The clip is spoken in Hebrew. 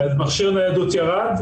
"מכשיר ניידות" ירד?